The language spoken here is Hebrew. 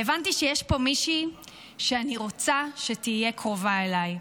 והבנתי שיש פה מישהי שאני רוצה שתהיה קרובה אליי.